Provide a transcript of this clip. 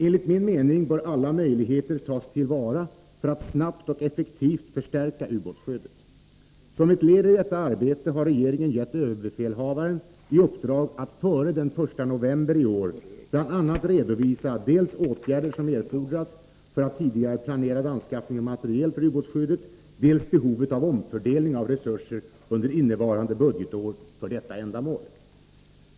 Enligt min mening bör alla möjligheter tas till vara för att snabbt och effektivt förstärka ubåtsskyddet. Som ett led i detta arbete har regeringen gett överbefälhavaren i uppdrag att före den 1 november i år bl.a. redovisa dels åtgärder som erfordras för att tidigarelägga planerad anskaffning av materiel för utbåtsskydd, dels behovet av omfördelning av resurser under innevarande budgetår för detta ändamål.